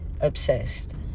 Obsessed